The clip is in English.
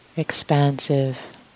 expansive